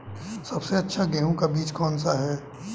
सबसे अच्छा गेहूँ का बीज कौन सा है?